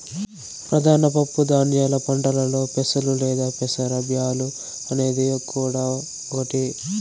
ప్రధాన పప్పు ధాన్యాల పంటలలో పెసలు లేదా పెసర బ్యాల్లు అనేది కూడా ఒకటి